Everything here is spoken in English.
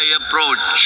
approach